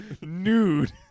nude